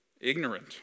Ignorant